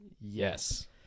Yes